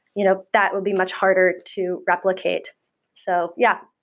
you know that would be much harder to replicate so, yeah,